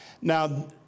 Now